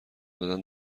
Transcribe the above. دادن